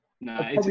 No